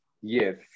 yes